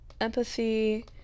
Empathy